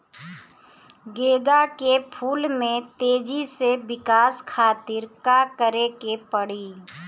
गेंदा के फूल में तेजी से विकास खातिर का करे के पड़ी?